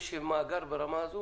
יש מאגר ברמה הזאת?